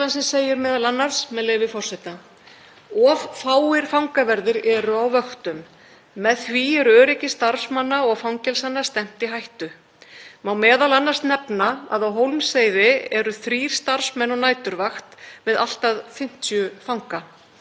Má meðal annars nefna að á Hólmsheiði eru 3 starfsmenn á næturvakt með allt að 50 fanga …“ Einnig má nefna að á Kvíabryggju er einungis einn fangavörður vörður á næturvakt með 22 fanga.